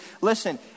listen